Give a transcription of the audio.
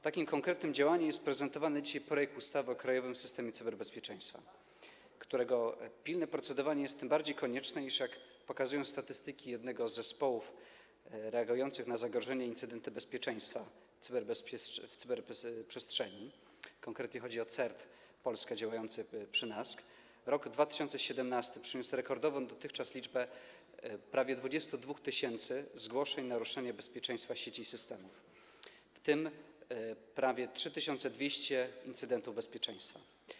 Takim konkretnym działaniem jest prezentowany dzisiaj projekt ustawy o krajowym systemie cyberbezpieczeństwa, którego pilne procedowanie jest tym bardziej konieczne, iż, jak pokazują statystyki jednego z zespołów reagujących na zagrożenia i incydenty bezpieczeństwa w cyberprzestrzeni - konkretnie chodzi o CERT Polska działający w NASK - rok 2017 przyniósł rekordową dotychczas liczbę prawie 22 tys. zgłoszeń naruszenia bezpieczeństwa sieci i systemów, w tym prawie 3200 incydentów bezpieczeństwa.